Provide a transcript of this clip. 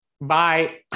Bye